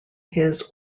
his